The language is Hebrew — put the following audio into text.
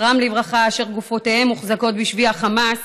זכרם לברכה, אשר גופותיהם מוחזקות בשבי החמאס